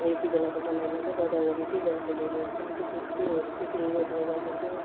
अब यति बेलाको समयमा चाहिँ गोदावरी सिजन फुलहरू हुन्छ त्यो त्योहरू त्यसरी रोप्ने गर्दछौँ